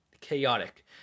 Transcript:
chaotic